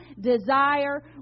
desire